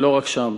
ולא רק שם.